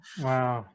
Wow